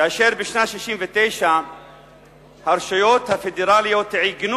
כאשר בשנת 1969 הרשויות הפדרליות עיגנו